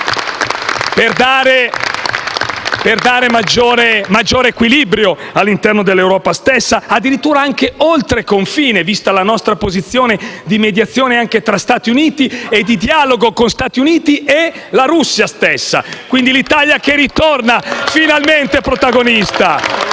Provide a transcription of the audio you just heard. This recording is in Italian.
per dare maggiore equilibrio all'interno dell'Europa stessa, addirittura anche oltre confine, vista la nostra posizione anche con gli Stati Uniti e di dialogo tra Stati Uniti e la Russia stessa, quindi l'Italia che ritorna finalmente protagonista.